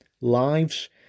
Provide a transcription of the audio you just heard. lives